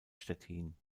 stettin